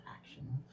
action